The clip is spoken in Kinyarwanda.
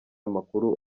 amakuru